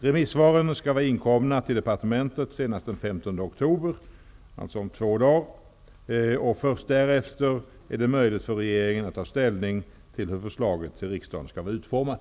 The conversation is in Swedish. Remissvaren skall vara inkomna till departementet senast den 15 oktober, dvs. om två dagar, och först därefter är det möjligt för regeringen att ta ställning till hur förslaget till riksdagen skall vara utformat.